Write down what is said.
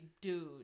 dude